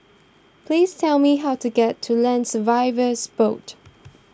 please tell me how to get to Land Surveyors Board